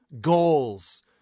goals